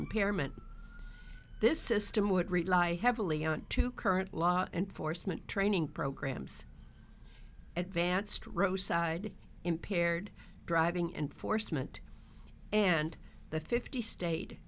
impairment this system would rely heavily on two current law enforcement training programs advanced roadside impaired driving enforcement and the fifty sta